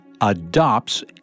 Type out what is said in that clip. Adopts